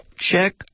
check